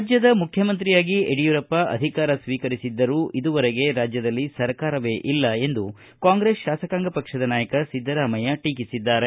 ರಾಜ್ಯದ ಮುಖ್ಯಮಂತ್ರಿಯಾಗಿ ಯಡಿಯೂರಪ್ಪ ಅಧಿಕಾರ ಸ್ವೀಕರಿಸಿದ್ದರೂ ಇದುವರೆಗೆ ರಾಜ್ಯದಲ್ಲಿ ಸರ್ಕಾರವೇ ಇಲ್ಲ ಎಂದು ಕಾಂಗ್ರೆಸ್ ಶಾಸಕಾಂಗ ಪಕ್ಷದ ನಾಯಕ ಸಿದ್ದರಾಮಯ್ಯ ಟೀಕಿಸಿದ್ದಾರೆ